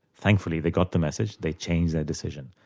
thankfully, they got the message, they changed their decision,